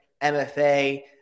MFA